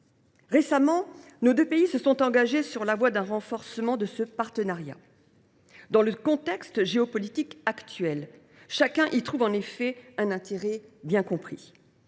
Récemment, nos deux pays se sont engagés dans la voie d’un renforcement de ce partenariat. Dans le contexte géopolitique actuel, chacun y trouve en effet un intérêt bien compris.